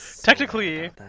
Technically